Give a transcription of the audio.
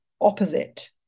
opposite